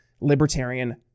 libertarian